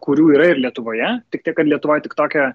kurių yra ir lietuvoje tik tiek kad lietuvoj tik toke